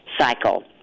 cycle